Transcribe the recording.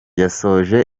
yasoje